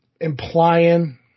implying